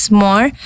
more